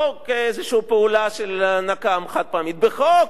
לא כאיזו פעולה של נקם, חד-פעמית, בחוק.